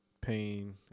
Pain